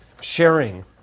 sharing